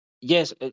Yes